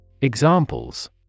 Examples